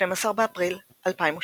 12 באפריל 2016